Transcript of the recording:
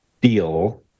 deal